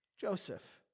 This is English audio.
Joseph